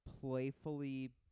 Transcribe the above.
playfully